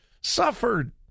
suffered